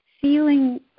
feeling